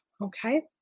okay